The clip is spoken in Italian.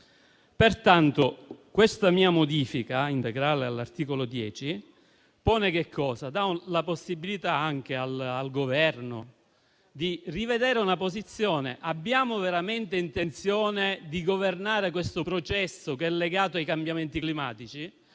proposta di modifica integrale all'articolo 10 dà anche la possibilità al Governo di rivedere questa posizione: abbiamo veramente intenzione di governare questo processo, che è legato ai cambiamenti climatici?